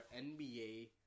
NBA